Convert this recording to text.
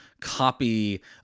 copy